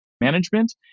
management